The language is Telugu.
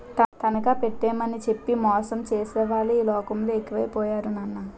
తనఖా పెట్టేమని చెప్పి మోసం చేసేవాళ్ళే ఈ లోకంలో ఎక్కువై పోయారు నాన్నా